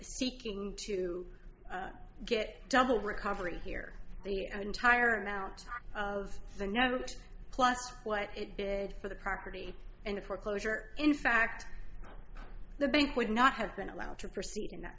seeking to get double recovery here the entire amount of the note plus what it did for the property and the foreclosure in fact the bank would not have been allowed to proceed in that